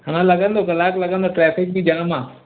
अञा लॻंदो कलाकु लॻंदो ट्रेफ़िक बि जाम आहे